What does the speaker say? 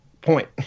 point